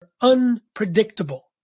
unpredictable